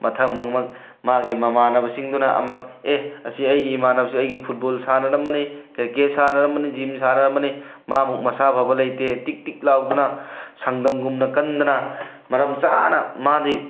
ꯃꯊꯪ ꯑꯃꯨꯛ ꯃꯥꯒꯤ ꯃꯃꯥꯟꯅꯕꯁꯤꯡꯗꯨꯅ ꯑꯃꯨꯛ ꯑꯦ ꯑꯁꯤ ꯑꯩꯒꯤ ꯏꯃꯥꯟꯅꯕꯁꯤ ꯑꯩꯒ ꯐꯨꯠꯕꯣꯜ ꯁꯥꯟꯅꯔꯝꯕꯅꯤ ꯀ꯭ꯔꯤꯀꯦꯠ ꯁꯥꯟꯅꯔꯝꯕꯅꯤ ꯖꯤꯝ ꯁꯥꯟꯅꯔꯝꯕꯅꯤ ꯃꯥ ꯃꯨꯛ ꯃꯁꯥ ꯐꯕ ꯂꯩꯇꯦ ꯇꯤꯛ ꯇꯤꯛ ꯂꯥꯎꯗꯅ ꯁꯟꯗꯪꯒꯨꯝꯅ ꯀꯟꯗꯅ ꯃꯔꯝ ꯆꯥꯅ ꯃꯥꯗꯤ